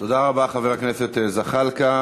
תודה רבה, חבר הכנסת זחאלקה.